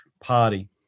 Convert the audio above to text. party